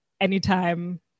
anytime